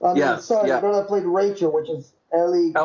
ah yeah so yeah rachel which is ellie.